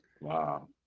Wow